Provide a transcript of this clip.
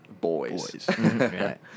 boys